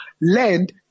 land